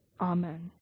amen